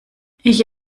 ich